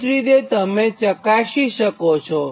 તે જ રીતે તમે તપાસી શકો છો